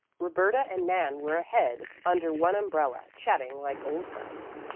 roberta and nan were ahead under one umbrella, chatting like old friends.